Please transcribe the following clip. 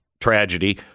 tragedy